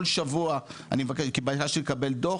כל שבוע אני מבקש לקבל דוח,